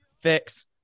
Fix